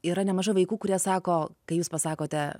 yra nemaža vaikų kurie sako kai jūs pasakote